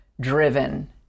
driven